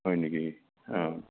হয় নেকি অঁ